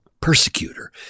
persecutor